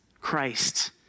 Christ